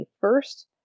first